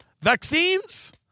vaccines